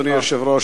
אדוני היושב-ראש,